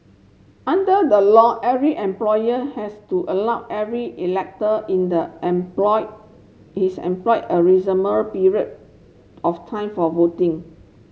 under the law every employer has to allow every elector in the employ his employ a period of time for voting